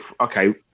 Okay